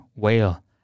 whale